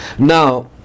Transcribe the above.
Now